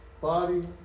Body